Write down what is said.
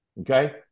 Okay